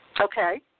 okay